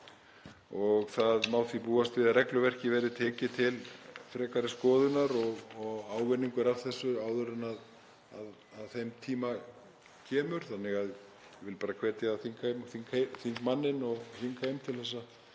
Það má því búast við að regluverkið verði tekið til frekari skoðunar og ávinningur af þessu áður en að þeim tíma kemur. Ég vil því bara hvetja þingmanninn og þingheim til að